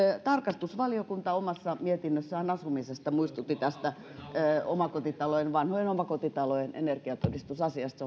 tarkastusvaliokunta omassa mietinnössään asumisesta muistutti tästä vanhojen omakotitalojen energiatodistusasiasta